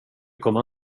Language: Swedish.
kommer